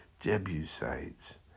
Jebusites